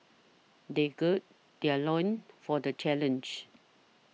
they gird their loins for the challenge